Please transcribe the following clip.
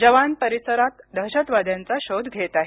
जवान परिसरात दहशतवाद्यांचा शोध घेत आहेत